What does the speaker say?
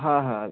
হ্যাঁ হ্যাঁ